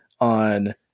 on